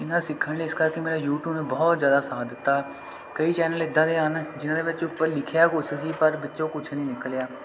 ਇਹਨਾਂ ਸਿੱਖਣ ਲਈ ਇਸ ਕਰਕੇ ਮੇਰਾ ਯੂਟੀਊਬ ਨੇ ਬਹੁਤ ਜ਼ਿਆਦਾ ਸਾਥ ਦਿੱਤਾ ਕਈ ਚੈਨਲ ਐਦਾਂ ਦੇ ਹਨ ਜਿਨ੍ਹਾਂ ਦੇ ਵਿੱਚ ਉੱਪਰ ਲਿਖਿਆ ਕੁਛ ਸੀ ਪਰ ਵਿੱਚੋਂ ਕੁਛ ਨਹੀਂ ਨਿਕਲਿਆ